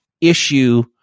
issue